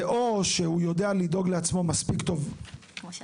זה או שהוא יודע לדאוג לעצמו מספיק טוב בלעדיכם,